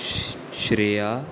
Shreya